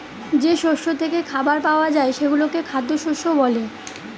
যে শস্য থেকে খাবার পাওয়া যায় সেগুলোকে খ্যাদ্যশস্য বলে